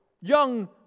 young